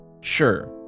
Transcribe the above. Sure